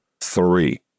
three